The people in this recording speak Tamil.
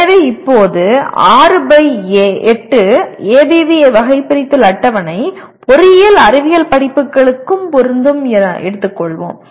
எனவே இப்போது 6 பை 8 ஏபிவி வகைபிரித்தல் அட்டவணை பொறியியல் அறிவியல் படிப்புகளுக்கும் பொருந்தும் என எடுத்துக் கொள்வோம்